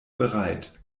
bereit